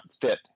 fit